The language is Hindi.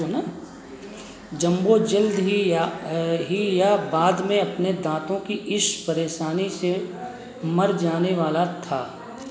जंबो जल्द ही या ही या बाद में अपने दांतों की इस परेशानी से मर जाने वाला था